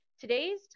Today's